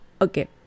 Okay